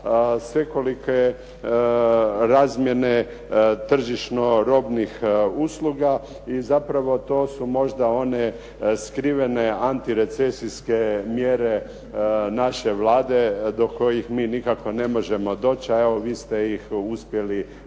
svekolike razmjene tržišno robnih usluga i zapravo to su možda one skrivene antirecesijske mjere naše Vlade do kojih mi nikako ne možemo doći, a evo vi ste ih uspjeli barem